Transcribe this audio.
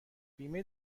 بیمه